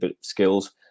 skills